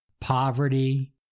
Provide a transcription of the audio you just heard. poverty